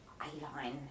A-line